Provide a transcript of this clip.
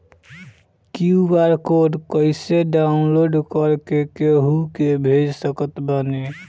QR code कइसे download कर के केहु के भेज सकत बानी?